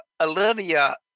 Olivia